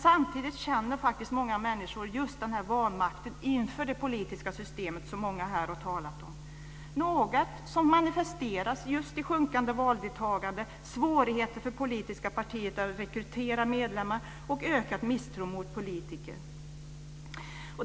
Samtidigt känner faktiskt många människor just den vanmakt inför det politiska systemet som många här har talat om. Det är något som manifesteras i sjunkande valdeltagande, svårigheter för politiska partier att rekrytera medlemmar och ökad misstro mot politiker.